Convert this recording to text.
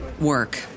work